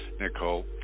Nicole